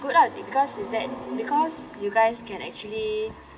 good lah because it's that because you guys can actually